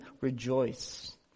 rejoice